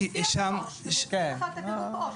כי שם --- זה מופיע לך, זה כתוב פה.